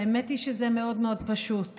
האמת היא שזה מאוד מאוד פשוט.